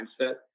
mindset